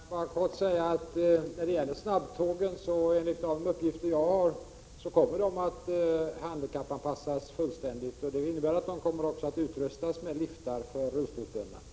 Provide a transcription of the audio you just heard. Herr talman! Jag vill bara kort säga när det gäller snabbtågen att enligt de uppgifter jag har kommer de att handikappanpassas fullständigt. Det innebär att de också utrustas med liftar för rullstolsbundna.